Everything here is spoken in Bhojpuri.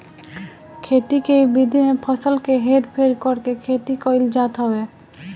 खेती के इ विधि में फसल के हेर फेर करके खेती कईल जात हवे